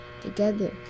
together